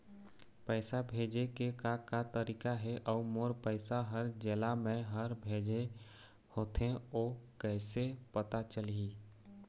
पैसा भेजे के का का तरीका हे अऊ मोर पैसा हर जेला मैं हर भेजे होथे ओ कैसे पता चलही?